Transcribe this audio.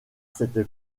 cette